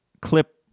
clip